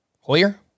Hoyer